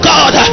God